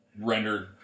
rendered